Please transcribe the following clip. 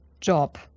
job